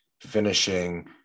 finishing